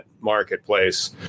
marketplace